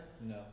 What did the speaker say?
No